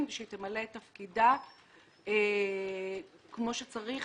ולהסביר לו את כל התהליך כמו שאת מציינת